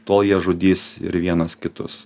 tol jie žudys ir vienas kitus